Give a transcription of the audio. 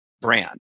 brand